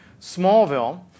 Smallville